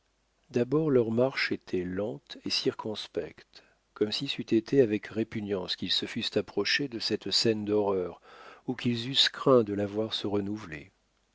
d'abord leur marche était lente et circonspecte comme si c'eût été avec répugnance qu'ils se fussent approchés de cette scène d'horreur ou qu'ils eussent craint de la voir se renouveler